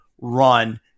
run